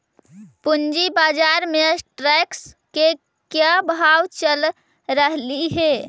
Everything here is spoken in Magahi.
पूंजी बाजार में स्टॉक्स के क्या भाव चल रहलई हे